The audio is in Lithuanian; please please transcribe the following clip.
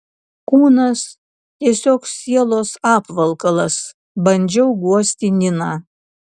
kūnas tiesiog sielos apvalkalas bandžiau guosti niną